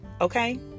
okay